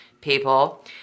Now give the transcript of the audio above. people